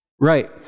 Right